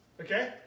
Okay